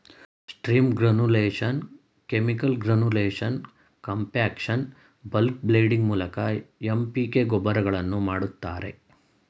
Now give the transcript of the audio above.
steam granulation, chemical granulation, compaction, bulk blending ಮೂಲಕ NPK ಗೊಬ್ಬರಗಳನ್ನು ಮಾಡ್ತರೆ